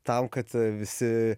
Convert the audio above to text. tam kad visi